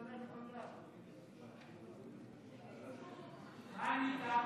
מה ענית?